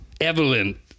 Evelyn